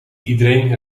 iedereen